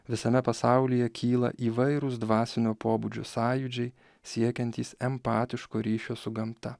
visame pasaulyje kyla įvairūs dvasinio pobūdžio sąjūdžiai siekiantys empatiško ryšio su gamta